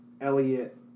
Elliot